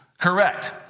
correct